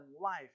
life